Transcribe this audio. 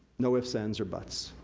no ifs ands or buts.